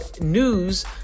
news